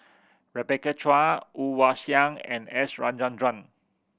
Rebecca Chua Woon Wah Siang and S Rajendran